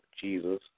Jesus